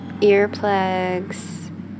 earplugs